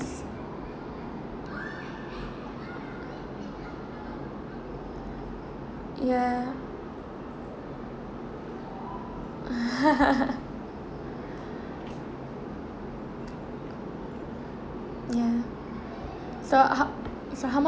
ya ya so ho~ so how mu~